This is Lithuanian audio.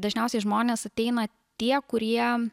dažniausiai žmonės ateina tie kurie